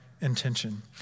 intention